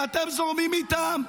ואתם זורמים איתן,